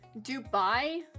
Dubai